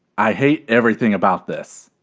i hate everything about this.